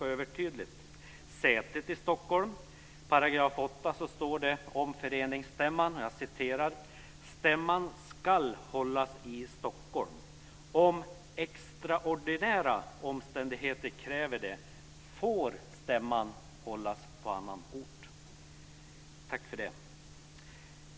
I § 8 om sätet i Stockholm står det om föreningsstämman: "Stämman skall hållas i Stockholm. Om extraordinära omständigheter kräver det får stämman hållas på annan ort." Tack för det!